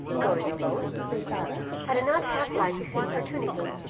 going alone i did not half like his importunity,